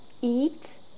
Eat